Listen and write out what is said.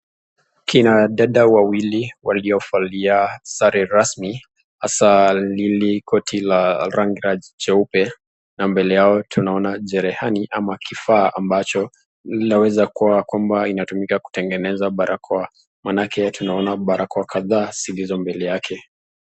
Kina dada wa wili waliyovalia sare rasmi. Asa lili koti la rangi nyeupe na mbele yao tunaona jerehani ama kifaa ambacho linaweza kuwa kwamba inatumika kutengeneza barakoa. Maanake tunaona barakoa kadhaa zilizo mbele yake.